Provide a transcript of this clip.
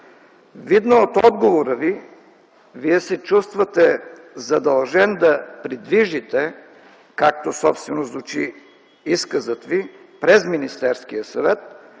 Видно от отговора Ви, Вие се чувствате задължен да придвижите, както собствено звучи изказът Ви, през Министерския съвет